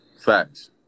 Facts